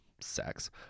sex